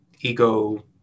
ego